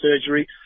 surgery